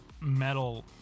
metal